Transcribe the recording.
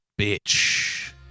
bitch